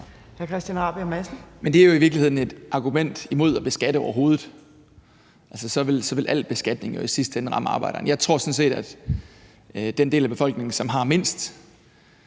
Men det er jo i virkeligheden et argument imod at beskatte overhovedet, for så ville al beskatning jo i sidste ende ramme arbejderen. Jeg tror sådan set, at den del af befolkningen, som har mindst,